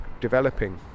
developing